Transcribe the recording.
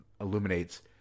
illuminates